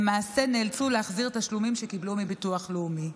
למעשה נאלצו להחזיר תשלומים שקיבלו מביטוח לאומי.